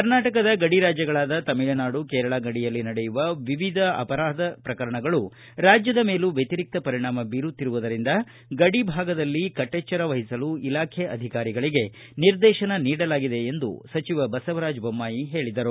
ಕರ್ನಾಟಕದ ಗಡಿ ರಾಜ್ಯಗಳಾದ ತಮಿಳುನಾಡು ಕೇರಳ ಗಡಿಯಲ್ಲಿ ನಡೆಯುವ ವಿವಿಧ ಅಪರಾಧ ಪ್ರಕರಣಗಳು ರಾಜ್ಯದ ಮೇಲೂ ವ್ಯತಿರಿಕ್ತ ಪರಿಣಾಮ ಬೀರುತ್ತಿರುವುದರಿಂದ ಗಡಿ ಭಾಗದಲ್ಲಿ ಕಟ್ಟೆಚ್ಚರ ವಹಿಸಲು ಇಲಾಖೆ ಅಧಿಕಾರಿಗಳಿಗೆ ನಿರ್ದೇಶನ ನೀಡಲಾಗಿದೆ ಎಂದು ಬಸವರಾಜ ಬೊಮ್ವಾಯಿ ಹೇಳಿದರು